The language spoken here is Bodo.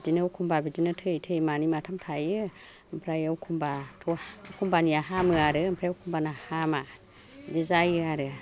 बिदिनो अखम्बा बिदिनो थैयै थैयै मानै माथाम थायो ओमफ्राय अखम्बा थ' अखम्बानिया हामो आरो ओमफ्राय अखमबाना हामा बिदि जायो आरो